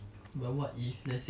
so that's the thought